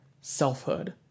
selfhood